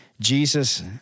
Jesus